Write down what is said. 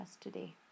today